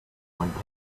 intense